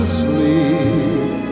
sleep